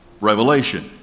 revelation